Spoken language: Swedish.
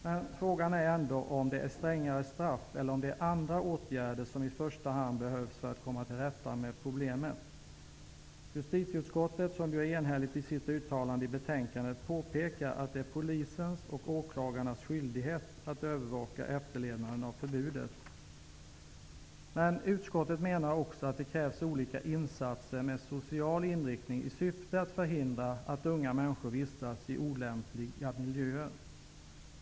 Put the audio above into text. Men frågan är ändå om det är strängare straff eller om det är andra åtgärder som i första hand behövs för att man skall komma till rätta med problemet. Justitieutskottet, som är enhälligt i sitt uttalande i betänkandet, påpekar att det är polisens och åklagarnas skyldighet att övervaka efterlevnaden av förbudet. Men utskottet menar också att det krävs olika insatser med social inriktning i syfte att förhindra att unga människor vistas i olämpliga miljöer.